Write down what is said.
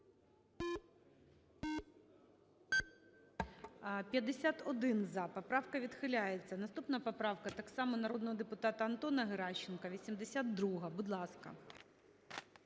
За-51 Поправка відхиляється. Наступна поправка так само народного депутата Антона Геращенка 82-а. Будь ласка.